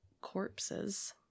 corpses